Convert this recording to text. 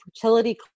fertility